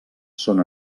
són